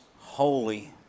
holy